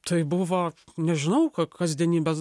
tai buvo nežinau ka kasdienybės